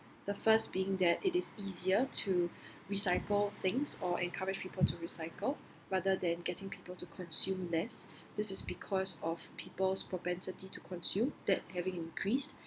the first being that it is easier to recycle things or encourage people to recycle rather than getting people to consume less this is because of people's propensity to consume that have been increased